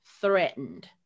threatened